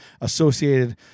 associated